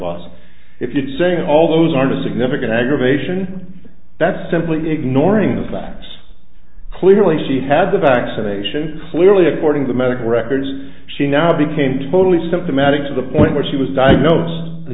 loss if you say all those aren't a significant aggravation that's simply ignoring the facts clearly she had the vaccination clearly according to medical records she now became totally symptomatic to the point where she was diagnosed the